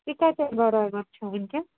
یہِ کتٮ۪تھ بَرابَر چھُ ونُکٮ۪س